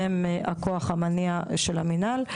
והם הכוח המניע של המנהל.